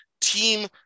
team